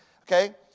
Okay